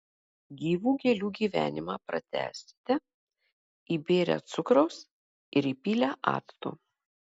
gyvų gėlių gyvenimą pratęsite įbėrę cukraus ir įpylę acto